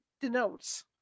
denotes